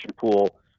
pool